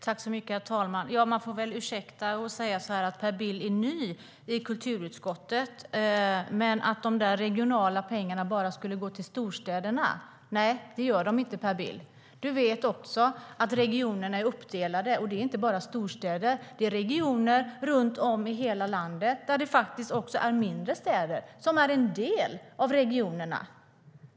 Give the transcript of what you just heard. Herr talman! Man får väl ursäkta Per Bill, eftersom han är ny i kulturutskottet. Att de där regionala pengarna bara skulle gå till storstäderna stämmer inte, Per Bill. Du vet också att regionerna är uppdelade och att det inte bara är storstäder. Det är regioner runt om i hela landet där mindre städer också är en del av regionerna.